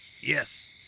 Yes